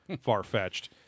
far-fetched